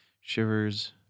Shivers